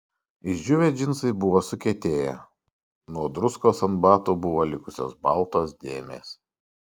išdžiūvę džinsai buvo sukietėję nuo druskos ant batų buvo likusios baltos dėmės